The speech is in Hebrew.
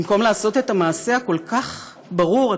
במקום לעשות את המעשה הכל-כך ברור,